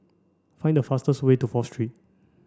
find the fastest way to Fourth Street